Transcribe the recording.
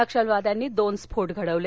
नक्षलवाद्यांनी दोन स्फोट घडविले